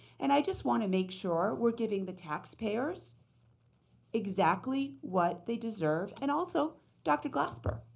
and i just want to make sure we're getting the taxpayers exactly what they deserve and also dr. glasper.